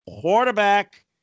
Quarterback